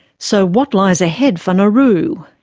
so what lies ahead for nauru?